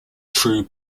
true